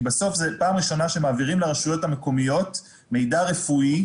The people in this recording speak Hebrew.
כי בסוף זו הפעם הראשונה שמעבירים לרשויות המקומיות מידע רפואי,